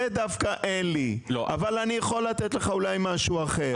דווקא אין לי אבל אני יכול לתת לך אולי משהו אחר.